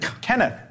Kenneth